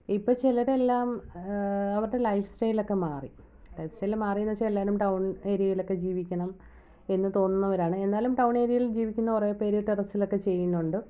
ഇപ്പോൾ ചിലരെല്ലാം അവരുടെ ലൈഫ് സ്റ്റൈലൊക്കെ മാറി ലൈഫ് സ്റ്റൈല് മാറി എന്ന് വെച്ചാൽ എല്ലാവരും ടൗൺ ഏര്യയിലൊക്കെ ജീവിക്കണം എന്ന് തോന്നുന്നവരാണ് എന്നാലും ടൗൺ ഏര്യയിൽ ജീവിക്കുന്ന കുറെ പേര് ടെറസിലൊക്കെ ചെയ്യുന്നുണ്ട്